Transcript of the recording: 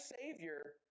Savior